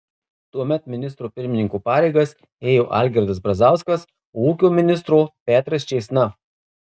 tuomet ministro pirmininko pareigas ėjo algirdas brazauskas o ūkio ministro petras čėsna